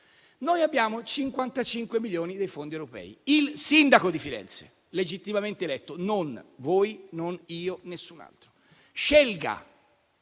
noi abbiamo 55 milioni dei fondi europei. Il sindaco di Firenze legittimamente eletto (non voi, non io, nessun altro) scelga